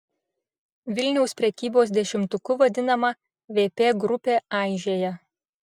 vilniaus prekybos dešimtuku vadinama vp grupė aižėja